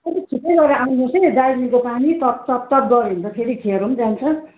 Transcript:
तपाईँ छिटै गरेर आउनु होस् है दार्जिलिङको पानी तप तप तप गयो भने त फेरि खेरो जान्छ